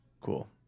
Cool